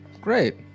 Great